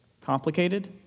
complicated